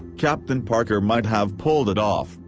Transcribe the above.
capt. and parker might have pulled it off,